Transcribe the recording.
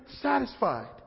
satisfied